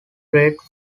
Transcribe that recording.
grade